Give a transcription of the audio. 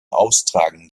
austragen